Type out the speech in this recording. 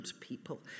people